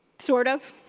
sort of?